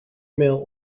mail